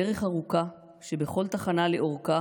דרך ארוכה, שבכל תחנה לאורכה